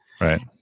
Right